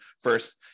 first